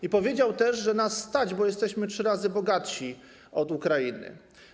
I powiedział też, że nas stać, bo jesteśmy trzy razy bogatsi od Ukrainy.